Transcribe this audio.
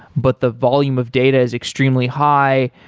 but the volume of data is extremely high.